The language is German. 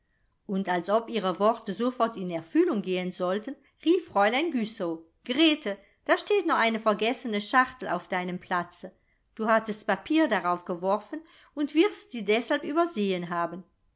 und als ob ihre worte sofort in erfüllung gehen sollten rief fräulein güssow grete da steht noch eine vergessene schachtel auf deinem platze du hattest papier darauf geworfen und wirst sie deshalb übersehen haben